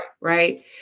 Right